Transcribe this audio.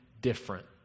different